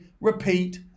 repeat